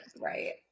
right